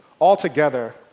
altogether